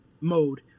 mode